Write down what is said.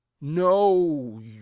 No